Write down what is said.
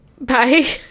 Bye